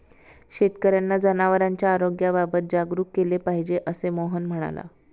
शेतकर्यांना जनावरांच्या आरोग्याबाबत जागरूक केले पाहिजे, असे मोहन म्हणाला